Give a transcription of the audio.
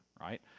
right